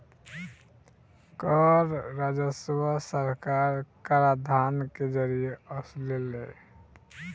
कर राजस्व सरकार कराधान के जरिए वसुलेले